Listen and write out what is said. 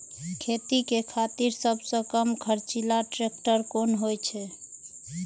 खेती के खातिर सबसे कम खर्चीला ट्रेक्टर कोन होई छै?